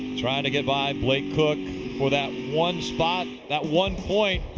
trying to get by blake koch for that one spot. that one point.